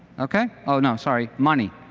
okay? ah no, sorry. money.